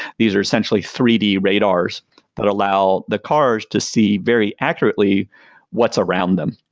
these are essentially three d radars that allow the cars to see very accurately what's around them.